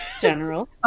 general